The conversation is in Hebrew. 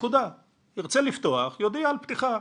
ירצה לפתוח, יודיע על פתיחה.